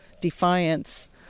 defiance